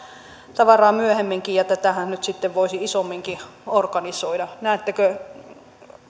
tavaraa myöhemminkin ja tätähän nyt sitten voisi isomminkin organisoida näettekö